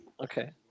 Okay